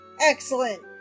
excellent